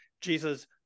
Jesus